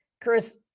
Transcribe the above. Chris